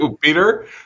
Peter